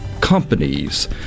companies